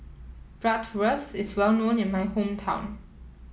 bratwurst is well known in my hometown